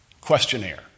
questionnaire